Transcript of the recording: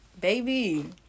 baby